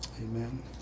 Amen